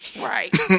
Right